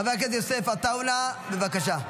חבר הכנסת יוסף עטאונה, בבקשה.